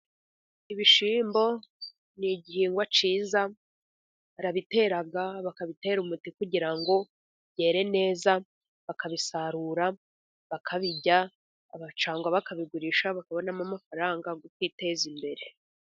Ibishyimbo ni igihingwa cyiza. Barabitera, bakabitera umuti kugira byere neza, bakabisarura, bakabirya, cyangwa bakabigurisha bakabonamo amafaranga yo kwiteza imbere.